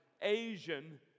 Asian